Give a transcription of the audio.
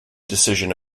decision